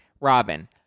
Robin